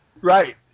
Right